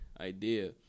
idea